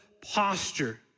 posture